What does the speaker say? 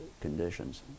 conditions